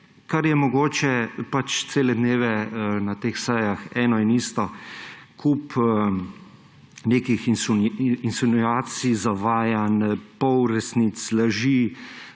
kar je mogoče, pač cele dneve na teh sejah eno in isto, kup nekih insinuacij, zavajanj, polresnic, laži,